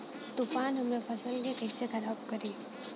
तूफान हमरे फसल के कइसे खराब करी?